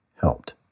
helped